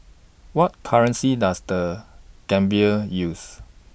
What currency Does The Gambia use